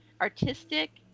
artistic